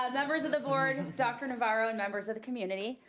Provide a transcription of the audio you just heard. ah members of the board, and dr. navarro, and members of the community,